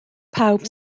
pawb